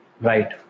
Right